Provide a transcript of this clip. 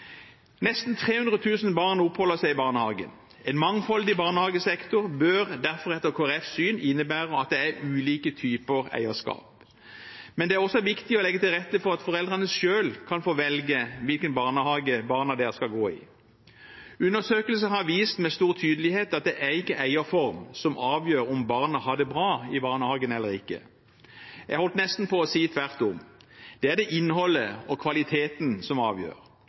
Nesten 300 000 barn oppholder seg i barnehagen. En mangfoldig barnehagesektor bør derfor etter Kristelig Folkepartis syn innebære at det er ulike typer eierskap. Men det er også viktig å legge til rette for at foreldrene selv kan få velge hvilken barnehage barna deres skal gå i. Undersøkelser har vist med stor tydelighet at det ikke er eierform som avgjør om barnet har det bra i barnehagen eller ikke – jeg holdt nesten på å si tvert om – det er det innholdet og kvaliteten som avgjør.